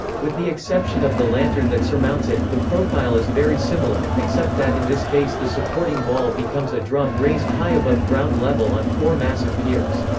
with the exception of the lantern that surmounts it, the profile is very similar, except that in this case the supporting wall becomes a drum raised high above ground level on four massive piers.